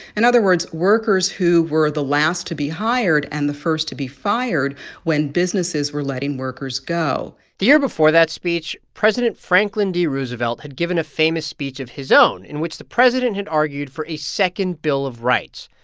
in other words, workers who were the last to be hired and the first to be fired when businesses were letting workers go the year before that speech, president franklin d. roosevelt had given a famous speech of his own in which the president had argued for a second bill of rights.